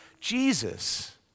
Jesus